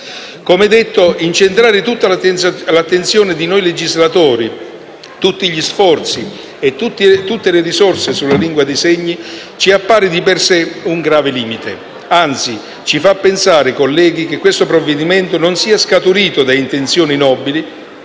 Come detto, incentrare tutta l'attenzione di noi legislatori, tutti gli sforzi e tutte le risorse sulla lingua dei segni ci appare di per sé un grave limite. Anzi, ci fa pensare, colleghi, che il provvedimento in esame non sia scaturito da intenzioni nobili,